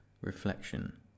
reflection